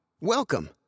Welcome